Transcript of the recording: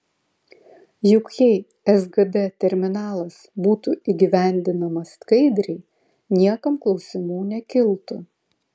juk jei sgd terminalas būtų įgyvendinamas skaidriai niekam klausimų nekiltų